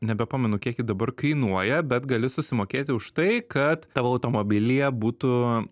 nebepamenu kiek ji dabar kainuoja bet gali susimokėti už tai kad tavo automobilyje būtų